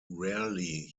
rarely